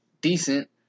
decent